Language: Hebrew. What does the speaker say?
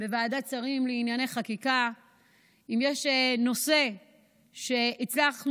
בוועדת שרים לענייני חקיקה שאם יש נושא שהצלחנו,